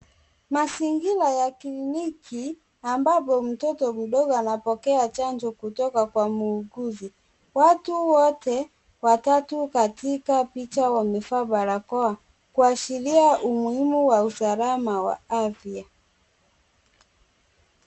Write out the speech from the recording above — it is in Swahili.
Mazingira ya kliniki ambapo mtoto mdogo anapokea chanjo kutoka kwa muuguzi. Watu wote watatu katika picha wamevaa barakoa, kuashiria umuhimu wa usalama wa afya.